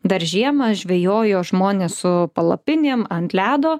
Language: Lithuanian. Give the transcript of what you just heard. dar žiemą žvejojo žmonės su palapinėm ant ledo